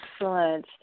Excellent